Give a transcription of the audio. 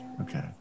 Okay